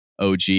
OG